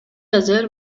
азыр